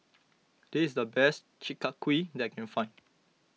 this is the best Chi Kak Kuih that I can find